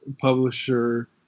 Publisher